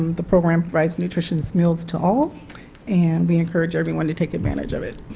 the program provides nutritious meals to all and we encourage everyone to take advantage of it.